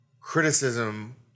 criticism